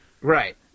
Right